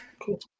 cool